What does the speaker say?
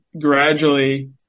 gradually